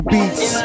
Beats